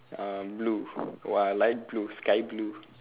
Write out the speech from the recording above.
um blue oh ah light blue sky blue